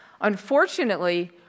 Unfortunately